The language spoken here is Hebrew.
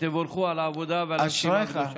תבורכו על העבודה ועל המשימה הקדושה.